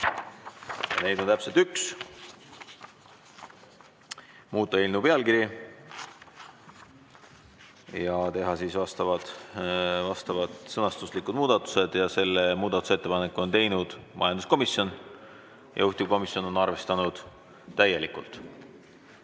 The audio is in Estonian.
Neid on täpselt üks: muuta eelnõu pealkiri ja teha vastavad sõnastuslikud muudatused. Selle muudatusettepaneku on teinud majanduskomisjon, juhtivkomisjon on arvestanud täielikult.